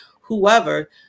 whoever